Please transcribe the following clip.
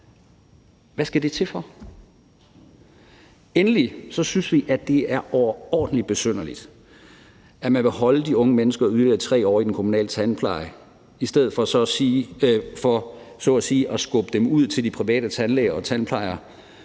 Hvad skal det til for? Endelig synes vi, at det er overordentlig besynderligt, at man vil holde de unge mennesker i yderligere 3 år i den kommunale tandpleje i stedet for så at sige at skubbe dem ud til de private tandlæger og tandplejere,